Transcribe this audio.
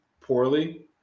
poorly